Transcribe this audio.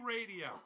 Radio